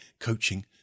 coaching